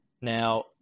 Now